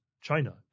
China